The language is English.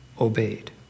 obeyed